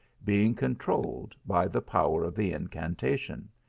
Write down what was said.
being controlled by the power of the incantation.